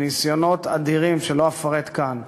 בניסיונות אדירים שלא אפרט כאן.